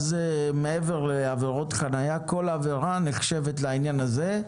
מעבר לעבירות חניה, כל עבירה נחשבת לעניין הזה.